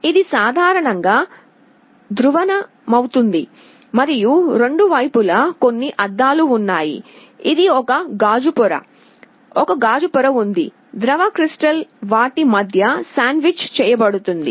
ఇది సాధారణంగా ధ్రువణమవుతుంది మరియు రెండు వైపులా కొన్ని అద్దాలు ఉన్నాయి ఇది ఒక గాజు పొర ఒక గాజు పొర ఉంది ద్రవ క్రిస్టల్ వాటి మధ్య శాండ్విచ్ చేయబడుతుంది